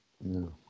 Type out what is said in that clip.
no